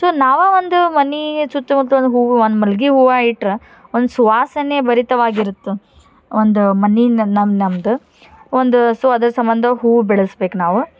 so ನಾವೇ ಒಂದು ಮನೆ ಸುತ್ತಮುತ್ತಲು ಹೂವು ಒಂದು ಮಲ್ಗೆ ಹೂವು ಇಟ್ರೆ ಒಂದು ಸುವಾಸನೆಭರಿತವಾಗಿರತ್ತೆ ಒಂದು ಮನೆನ ನಮ್ಮ ನಮ್ದು ಒಂದು ಸೊ ಅದರ ಸಂಬಂಧ ಹೂ ಬೆಳ್ಸ್ಬೇಕು ನಾವು